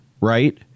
right